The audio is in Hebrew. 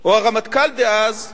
או הרמטכ"ל דאז.